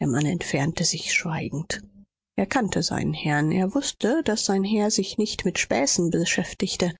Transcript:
der mann entfernte sich schweigend er kannte seinen herrn er wußte daß sein herr sich nicht mit späßen beschäftigte